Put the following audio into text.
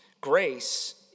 Grace